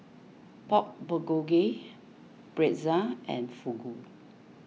Pork Bulgogi Pretzel and Fugu